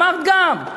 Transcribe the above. אמרת גם,